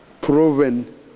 proven